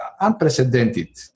unprecedented